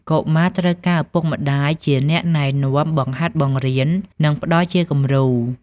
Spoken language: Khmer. កុមារត្រូវការឪពុកម្ដាយជាអ្នកណែនាំ បង្ហាត់បង្រៀន និងផ្តល់ជាគំរូ។